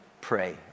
pray